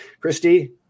Christy